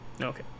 Okay